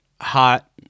hot